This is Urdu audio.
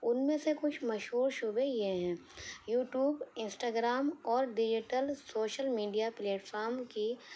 ان میں سے کچھ مشہور شعبے یہ ہیں یو ٹوب انسٹاگرام اور ڈیجیٹل سوشل میڈیا پلیٹفام کی